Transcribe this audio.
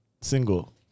single